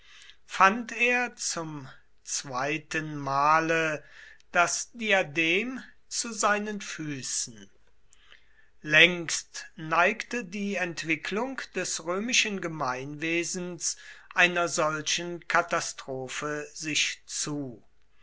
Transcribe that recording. fand er zum zweiten male das diadem zu seinen füßen längst neigte die entwicklung des römischen gemeinwesens einer solchen katastrophe sich zu